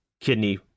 kidney